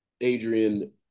Adrian